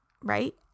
right